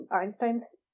Einstein's